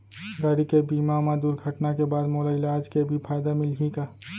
गाड़ी के बीमा मा दुर्घटना के बाद मोला इलाज के भी फायदा मिलही का?